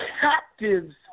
captives